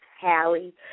Hallie